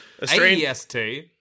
AEST